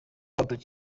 urutoki